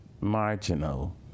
marginal